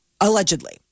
Allegedly